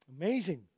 Amazing